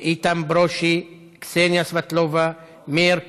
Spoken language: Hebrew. איתן ברושי, קסניה סבטלובה, מאיר כהן.